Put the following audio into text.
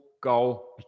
goal